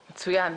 מצוין.